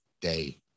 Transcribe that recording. day